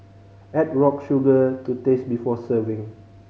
add rock sugar to taste before serving